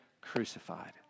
crucified